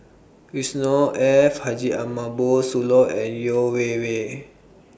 Yusnor Ef Haji Sooloh and Yeo Wei Wei